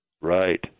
Right